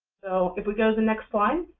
so if we go the next slide,